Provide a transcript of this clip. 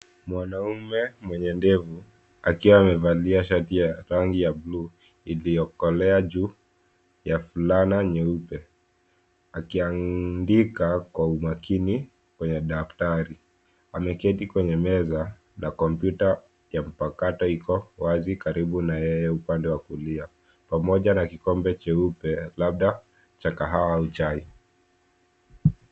Mwanaume mwenye ndevu akiwa amevalia shati ya rangi ya bluu iliyokolea juu ya fulana nyeupe akiandika kwa umakini kwenye daftari. Ameketi kwenye meza na kompyuta ya mpakato iko wazi karibu na yeye upande wa kulia pamoja na kikombe cheupe labda cha kahawa au chai.